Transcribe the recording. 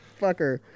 Fucker